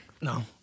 no